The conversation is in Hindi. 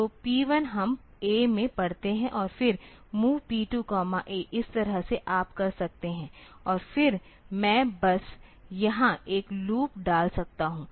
तो P1 हम A में पढ़ते हैं और फिर MOV P2 A इस तरह से आप कर सकते हैं और फिर मैं बस यहां एक लूप डाल सकता हूं